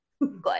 Good